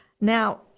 Now